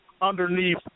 underneath